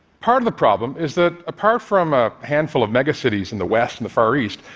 part of the problem is that, apart from a handful of megacities in the west and the far east,